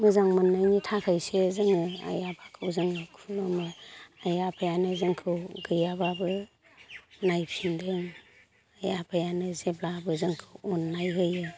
मोजां मोननायनि थाखायसो जोङो आइ आफाखौ जोङो खुलुमो आइ आफायानो जोंखौ गैयाबाबो नायफिनदों आइ आफायानो जेब्लाबो जोंखौ अननाय होयो